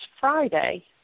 Friday